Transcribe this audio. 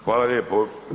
Hvala lijepo.